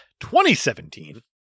2017